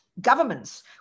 governments